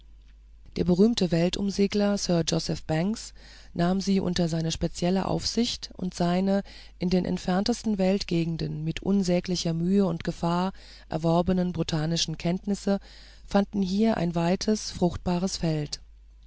der berühmte weltumsegler sir joseph banks nahm sie unter seine spezielle aufsicht und seine in den entferntesten weltgegenden mit unsäglicher mühe und gefahr erworbenen botanischen kenntnisse fanden hier ein weites fruchtbares feld